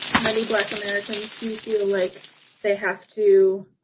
many black americans do feel like they have to,